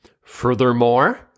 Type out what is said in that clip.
Furthermore